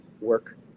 work